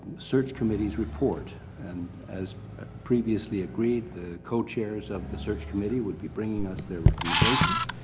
search committees report, and as previously agreed the co-chairs of the search committee would be bringing us their recommendations,